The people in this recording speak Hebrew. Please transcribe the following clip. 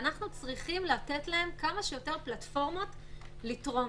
אנחנו צריכים לתת להם כמה שיותר פלטפורמות לתרום.